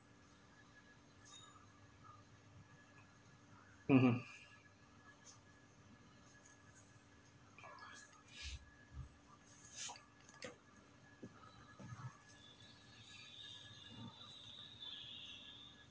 (uh huh)